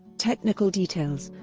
technical details